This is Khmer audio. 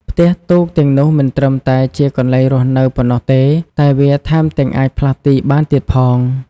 ផ្ទះទូកទាំងនោះមិនត្រឹមតែជាកន្លែងរស់នៅប៉ុណ្ណោះទេ តែវាថែមទាំងអាចផ្លាស់ទីបានទៀតផង។